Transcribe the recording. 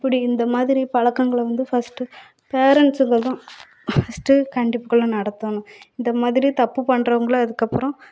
இப்படி இந்த மாதிரி பழக்கங்கள வந்து ஃபஸ்ட்டு பேரெண்ட்ஸ்ஸுங்கள் தான் ஃபஸ்ட்டு கண்டிப்புக்குள்ள நடத்தணும் இந்த மாதிரி தப்பு பண்றவங்களை இதுக்கப்புறம்